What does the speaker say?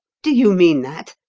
do you mean that?